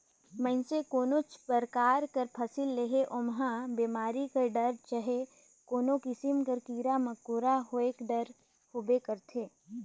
मइनसे कोनोच परकार कर फसिल लेहे ओम्हां बेमारी कर डर चहे कोनो किसिम कर कीरा मकोरा होएक डर होबे करथे